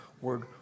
word